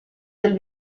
del